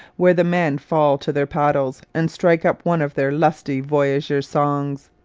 where the men fall to their paddles and strike up one of their lusty voyageur songs!